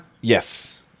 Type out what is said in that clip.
Yes